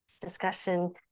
discussion